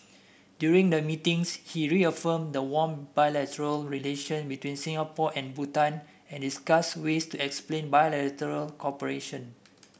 during the meetings he reaffirmed the warm bilateral relations between Singapore and Bhutan and discussed ways to expand bilateral cooperation